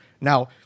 Now